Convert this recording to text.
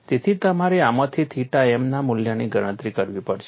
તેથી તમારે આમાંથી થીટા m ના મુલ્યની ગણતરી કરવી પડશે